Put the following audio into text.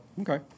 okay